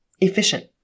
efficient